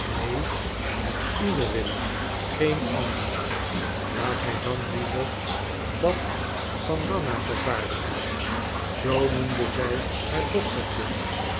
neen het uwe wil ik geen ander laat hij dan liever dat van nanna vervaardigen zoo noemde zij haar dochtertje